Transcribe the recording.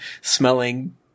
smelling